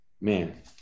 man